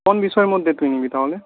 কোন বিষয়ের মধ্যে তুই নিবি তাহলে